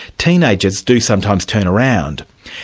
teenagers do sometimes turn around.